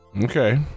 Okay